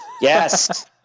Yes